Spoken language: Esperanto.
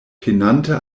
penante